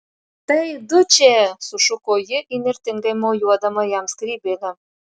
tai dučė sušuko ji įnirtingai mojuodama jam skrybėle